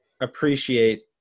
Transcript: appreciate